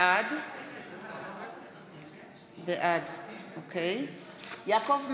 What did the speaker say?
בעד יעקב מרגי,